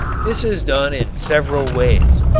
this is done in several ways.